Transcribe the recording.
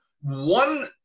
one